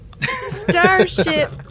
Starship